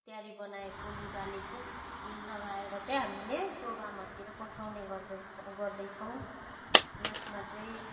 तयारी बनाएको लुगाले चाहिँ लगाएर चाहिँ हामीले प्रोग्रामहरूतिर पठाउने गर्दछ गर्दैछौँ यसमा चाहिँ